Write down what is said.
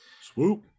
Swoop